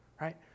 Right